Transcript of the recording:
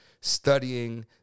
studying